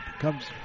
comes